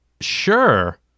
Sure